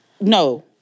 No